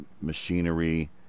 machinery